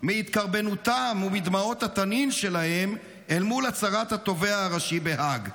מהתקרבנותם ומדמעות התנין שלהם אל מול הצהרת התובע הראשי בהאג.